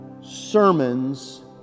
sermons